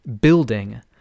building